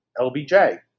LBJ